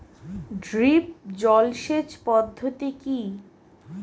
Drip জল সেচ পদ্ধতি কি?